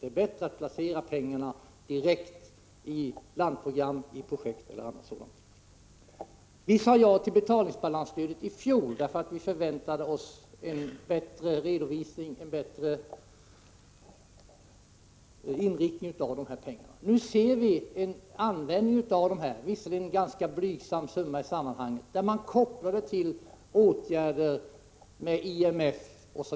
Det är bättre att placera pengarna direkt i landprogram, projekt och liknande. Vi sade ja till betalningsbalansstödet i fjol därför att vi förväntade oss en bättre inriktning av stödet. Nu ser vi att användning av dessa medel, visserligen en ganska blygsam summa i sammanhanget, kopplats till åtgärder genom IMF.